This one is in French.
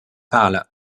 parle